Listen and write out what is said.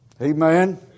Amen